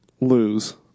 Lose